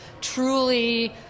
truly